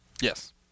Yes